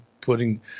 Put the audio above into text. putting